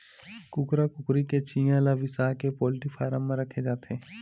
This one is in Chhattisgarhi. कुकरा कुकरी के चिंया ल बिसाके पोल्टी फारम म राखे जाथे